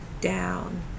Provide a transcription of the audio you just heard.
down